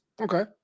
Okay